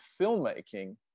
filmmaking